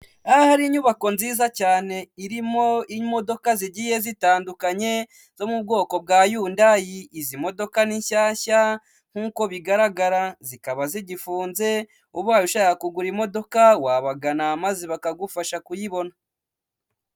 Aha hari inyubako nziza cyane irimo imodoka zigiye zitandukanye zo mu bwoko bwa yundayi. Izi modoka ni nshyashya nkuko bigaragara, zikaba zigifunze ,ubaye ushaka kugura imodoka wabagana maze bakagufasha kuyibona.